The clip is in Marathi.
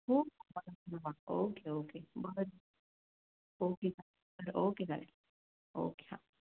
हो ओके ओके बरं ओके बरं ओके चालेल ओके हां